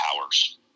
powers